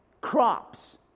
crops